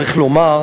צריך לומר,